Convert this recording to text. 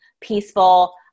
peaceful